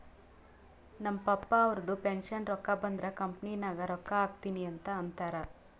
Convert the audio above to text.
ನಮ್ ಪಪ್ಪಾ ಅವ್ರದು ಪೆನ್ಷನ್ ರೊಕ್ಕಾ ಬಂದುರ್ ಕಂಪನಿ ನಾಗ್ ರೊಕ್ಕಾ ಹಾಕ್ತೀನಿ ಅಂತ್ ಅಂತಾರ್